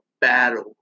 battle